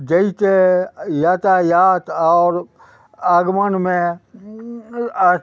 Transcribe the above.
जैके यातायात आओर आगमनमे